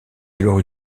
alors